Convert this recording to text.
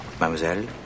Mademoiselle